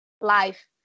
life